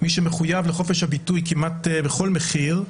מי שמחויב לחופש הביטוי כמעט בכל מחיר.